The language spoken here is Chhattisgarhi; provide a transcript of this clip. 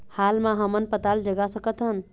हाल मा हमन पताल जगा सकतहन?